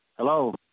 Hello